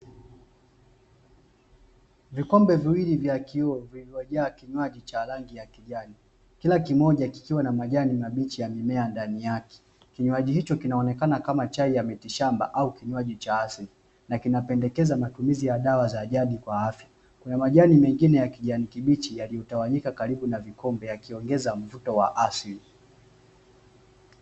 Vikombe viwili vya kioo vilivyojaa kinywaji cha rangi ya kijani kila kimoja kikiwa na majani mabichi ya mimea ndani yake. Kinywaji hicho kinaonekana kama chai ya miti shamba au kinywaji cha asili, na kinapendekeza matumizi ya dawa za asilii kwa afya, kuna majani mengine ya kijani kibichi yaliyotawanyika karibu na vikombe vya kuongeza mvuto wa asili.